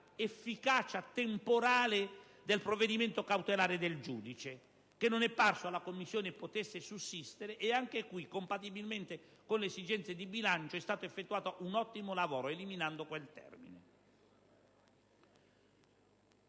l'efficacia temporale del provvedimento cautelare del giudice, che non è parso alla Commissione potesse sussistere, e anche qui, compatibilmente con le esigenze di bilancio, è stato effettuato un ottimo lavoro, eliminando quel termine.